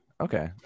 Okay